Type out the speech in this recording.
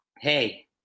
hey